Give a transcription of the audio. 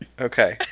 Okay